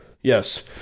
Yes